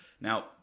now